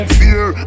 fear